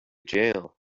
jail